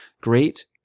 Great